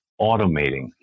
automating